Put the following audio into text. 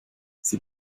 sie